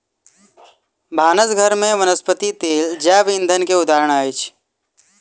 भानस घर में वनस्पति तेल जैव ईंधन के उदाहरण अछि